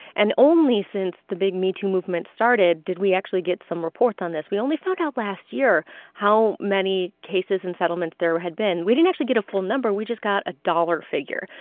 and only since the big metoo movement started did we actually get some report on this. we only found out last year how many cases and settlements there had been. we didn't actually get a full number. we just got a dollar figure.